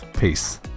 Peace